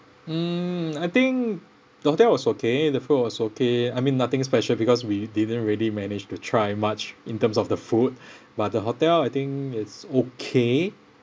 mm I think the hotel was okay the food was okay I mean nothing special because we didn't really managed to try much in terms of the food but the hotel I think it's okay